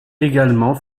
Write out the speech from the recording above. également